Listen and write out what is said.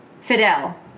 Fidel